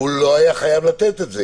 והוא לא היה חייב לתת את זה.